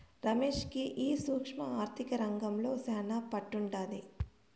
రమేష్ కి ఈ సూక్ష్మ ఆర్థిక రంగంల శానా పట్టుండాది